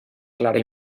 clara